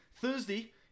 Thursday